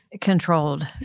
controlled